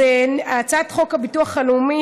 אז הצעת חוק הביטוח הלאומי,